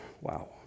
Wow